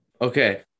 Okay